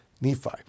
Nephi